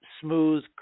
smooth